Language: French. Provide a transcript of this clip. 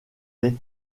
les